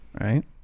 Right